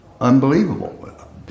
Unbelievable